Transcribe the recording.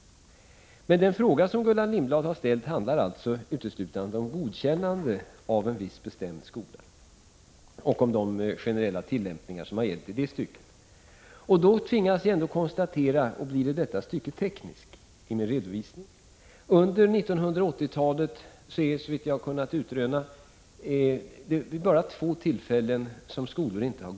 Men den fråga som Gullan Lindblad har ställt handlar alltså uteslutande om godkännande av en viss bestämd skola och om de generella tillämpningar som har gällt därvidlag. Jag tvingas konstatera, och jag blir i detta stycke teknisk i min redovisning, att såvitt jag har kunnat utröna har skolor inte godkänts endast vid två tillfällen under 1980-talet.